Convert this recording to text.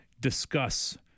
discuss